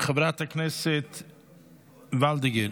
חברת הכנסת וולדיגר,